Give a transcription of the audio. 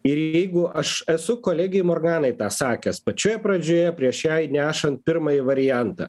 ir jeigu aš esu kolegei morganai tą sakęs pačioje pradžioje prieš jai nešant pirmąjį variantą